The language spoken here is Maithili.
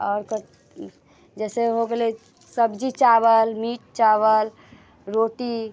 आओर जइसे हो गेलै सब्जी चावल मीट चावल रोटी